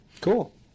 Cool